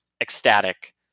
ecstatic